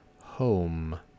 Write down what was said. home